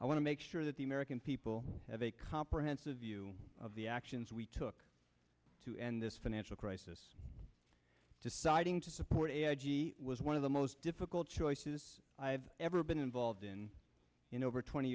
i want to make sure that the american people have a comprehensive view of the actions we took to end this financial crisis deciding to support was one of the most difficult choices i have ever been involved in in over twenty